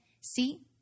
see